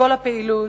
כל הפעילות.